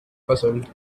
puzzled